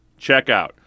checkout